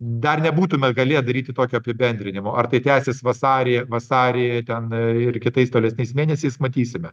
dar nebūtume galėję daryti tokio apibendrinimo ar tai tęsis vasarį vasarį ten ir kitais tolesniais mėnesiais matysime